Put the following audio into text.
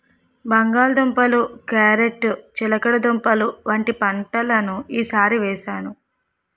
బంగాళ దుంపలు, క్యారేట్ చిలకడదుంపలు వంటి పంటలను ఈ సారి వేసాను